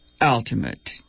ultimate